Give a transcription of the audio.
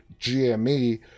GME